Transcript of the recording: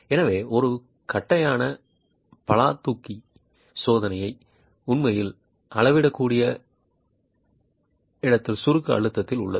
எனவே ஒரு தட்டையான பலாதூக்கி சோதனை உண்மையில் அளவிடக்கூடியது இடத்தில சுருக்க அழுத்தத்தில் உள்ளது